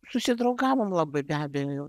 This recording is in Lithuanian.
susidraugavom labai be abejo